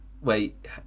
Wait